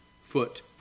foot